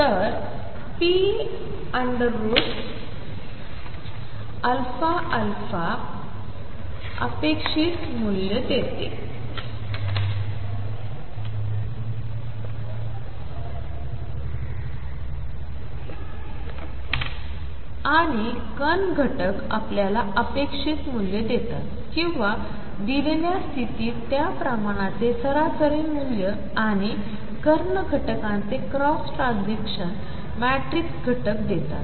तर p αα अपेक्षित मूल्य देते आणि कर्ण घटक आपल्याला अपेक्षित मूल्य देतात किंवा दिलेल्या स्थितीत त्या प्रमाणाचे सरासरी मूल्य आणि कर्ण घटकांचे क्रॉस ट्रांझिशन मॅट्रिक्स घटक देतात